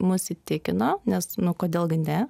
mus įtikino nes nu kodėl gi ne